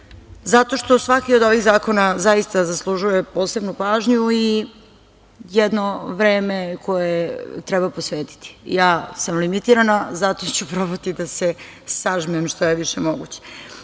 zato što svaki od ovih zakona zaista zaslužuje posebnu pažnju i jedno vreme koje treba posvetiti. Ja sam limitirana, zato ću probati da se sažmem što je više moguće. Pred